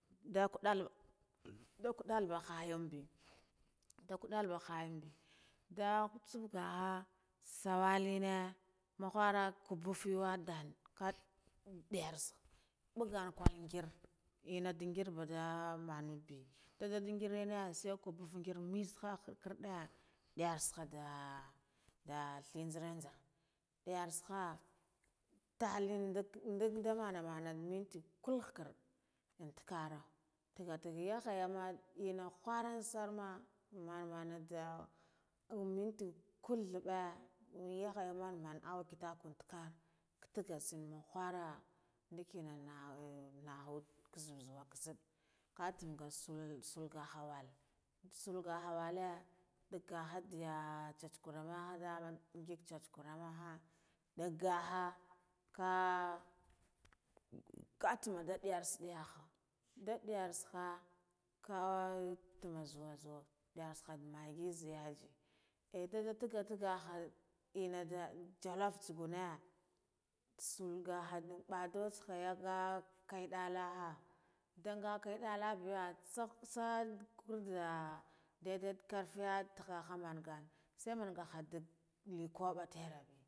Nda kadal nda kadalbi mbahanbe ndah kadal bahayanbe, ndah kutsabaka nsawaline ummahara kubufiwa dan kath ndiyarsin nbagan kangir inah ndingir badah manambe ndada dingirene sai kubuf ngir mitsa kha khakarde ndiyar tsaka dah nda tik nzaran nzar ndiyar taska, ndahalin ndak nda mana mana mitti kalkhakarde an takkara tagga tagg ylakhaya pah enna ghuran sarma, mana maha tayu minti kal thabba in yakhaya man auwa kitakwe takkah kah tagga tsan khara ndikina nnaha nzuzuwa katsak katsanga sul sul gaha walle, sal gaha walle taggaha diya chacha kurinue nda ngig chachakar me makha ngakha kah kah tsava da diyar diha nda diyar tsaha nkah ndama zuwa zuwa ndiyar tsahan maggi ze yasi, eh dada tagga tagga enna da jaluf tsugune suf gaha bada tsage yaga kai dallaha ndaga kai dalla biya tsah tsa kurdah daddah karfiya takha ha manga sai manga khad